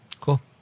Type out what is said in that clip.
Cool